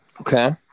Okay